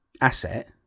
asset